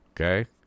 okay